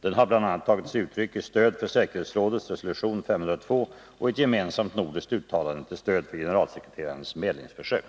Den har bl.a. tagit sig uttryck i stöd för säkerhetsrådets resolution 502 och i ett gemensamt nordiskt uttalande till stöd för generalsekreterarens medlingsförsök.